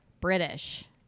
British